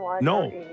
No